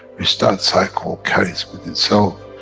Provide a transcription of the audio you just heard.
which that cycle carries with itself,